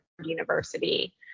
University